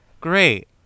Great